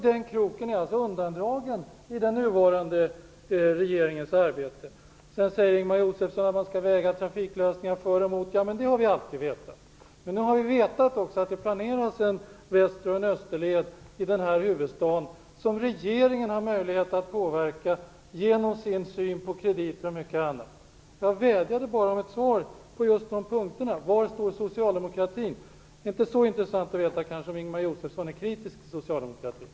Den kroken är alltså undandragen i den nuvarande regeringens arbete. Sedan säger Ingemar Josefsson att man skall väga trafiklösningar för och emot. Det har vi alltid vetat. Vi har också vetat att det planeras en Väster och en Österled i den här huvudstaden. Regeringen har möjlighet att påverka den genom sin syn på krediter och mycket annat. Jag vädjade bara om ett svar på just dessa punkter. Var står socialdemokraterna? Det är kanske inte så intressant att veta om Ingemar Josefsson är kritiskt till socialdemokratin.